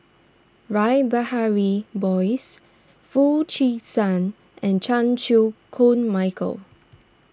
Rash Behari Bose Foo Chee San and Chan Chew Koon Michael